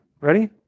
Ready